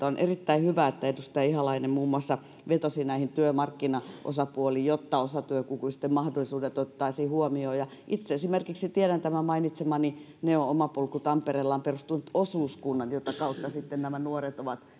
on erittäin hyvä että edustaja ihalainen muun muassa vetosi näihin työmarkkinaosapuoliin jotta osatyökykyisten mahdollisuudet otettaisiin huomioon itse tiedän esimerkiksi että tämä mainitsemani neo omapolku tampereella on perustanut osuuskunnan jota kautta sitten nämä nuoret ovat